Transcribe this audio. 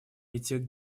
этих